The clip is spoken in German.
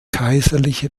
kaiserliche